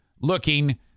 looking